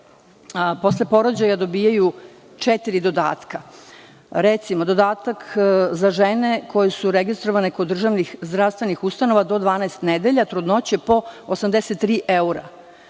posle porođaja dobijaju četiri dodatka. Prvi je dodatak za žene koje su registrovane kod državnih zdravstvenih ustanova do 12 nedelja trudnoće po 83 evra.